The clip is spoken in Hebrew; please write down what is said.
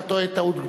אתה טועה טעות גדולה.